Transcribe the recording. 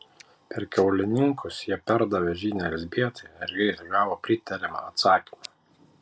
per keliauninkus jie perdavė žinią elzbietai ir greitai gavo pritariamą atsakymą